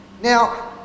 now